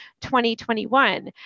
2021